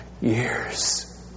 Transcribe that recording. years